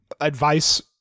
advice